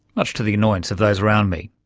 much to the annoyance of those around me.